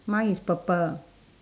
mine is purple